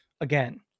again